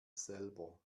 selber